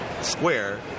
square